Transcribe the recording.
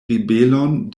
ribelon